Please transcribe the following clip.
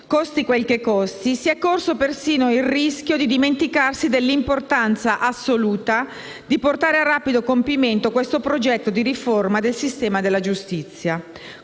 costi quel che costi - si è corso il rischio di dimenticarsi dell'importanza assoluta di portare a rapido compimento il progetto di riforma del sistema della giustizia.